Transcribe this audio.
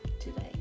today